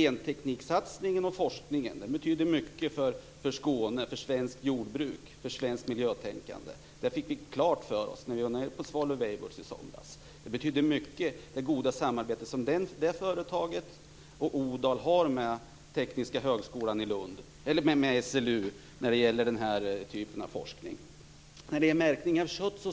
Gentekniksatsningen och forskningen betyder mycket för Skåne, för svenskt jordbruk och för svenskt miljötänkande. Det fick vi klart för oss när vi var på Svalöv-Weibulls i söndags. Det goda samarbete som det företaget och Odal har med SLU betyder mycket när det gäller den här typen av forskning. Jag